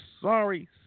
sorry